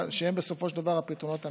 שהם בסופו של דבר הפתרונות האמיתיים,